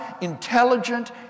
intelligent